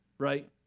Right